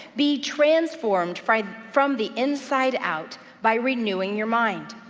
be transformed from from the inside out by renewing your mind.